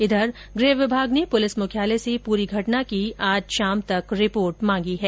उधर गृह विभाग ने पुलिस मुख्यालय से पूरी घटना की आज शाम तक रिपोर्ट मांगी है